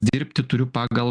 dirbti turiu pagal